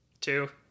two